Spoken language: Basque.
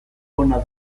ona